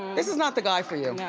this is not the guy for you. yeah